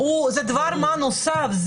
חוץ מזה, זה דבר מה נוסף.